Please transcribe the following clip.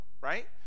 right